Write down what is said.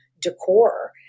decor